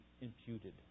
imputed